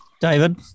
David